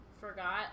forgot